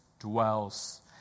dwells